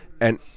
and-